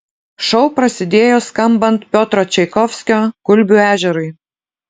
šou prasidėjo skambant piotro čaikovskio gulbių ežerui